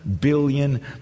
billion